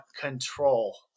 control